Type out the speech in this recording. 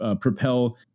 propel